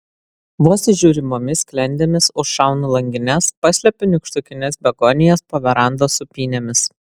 vos įžiūrimomis sklendėmis užšaunu langines paslepiu nykštukines begonijas po verandos sūpynėmis